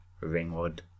Ringwood